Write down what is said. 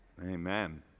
Amen